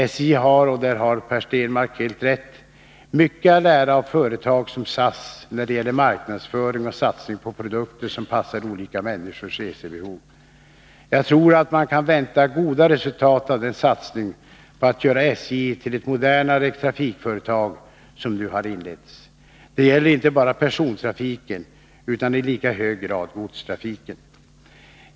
SJ har — och där har Per Stenmarck helt rätt — mycket att lära av företag som SAS när det gäller marknadsföring och satsning på produkter som passar olika människors resebehov. Jag tror att man kan vänta goda resultat av den miska målsättning miska målsättning satsning på att göra SJ till ett modernare trafikföretag som nu har inletts. Det gäller inte bara persontrafiken utan i lika hög grad godstrafiken.